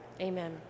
Amen